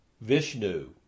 Vishnu